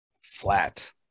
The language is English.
Flat